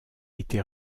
été